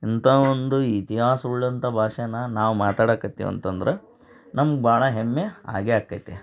ಇಂಥ ಒಂದು ಇತಿಹಾಸವುಳ್ಳಂಥ ಭಾಷೇನ ನಾವು ಮಾತಾಡಕತ್ತೀವಿ ಅಂತಂದ್ರೆ ನಮ್ಗೆ ಭಾಳ ಹೆಮ್ಮೆ ಆಗೇ ಆಕೈತಿ